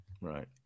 Right